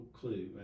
clue